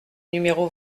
numéro